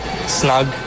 snug